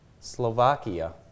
Slovakia